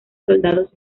soldados